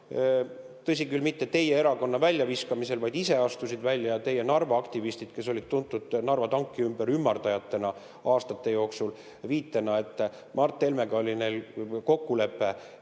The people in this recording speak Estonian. Tõsi küll, mitte teie erakonna väljaviskamisel, vaid ise astusid välja teie Narva aktivistid, kes olid tuntud Narva tanki ümber ümmardajatena aastate jooksul, viitena, et Mart Helmega oli neil kokkulepe,